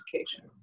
education